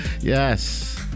Yes